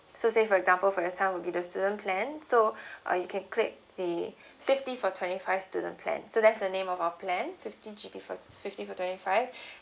so say for example for your son will be the student plan so uh you can click the fifty for twenty five student plan so that's the name of our plan fifty G_B for fifty for twenty five